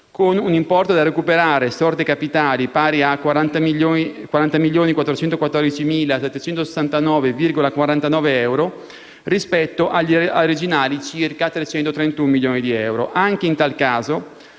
con un importo da recuperare (sorte capitale) pari a 40.414.769,49 di euro, rispetto agli originari circa 331 milioni di euro. Anche in tal caso,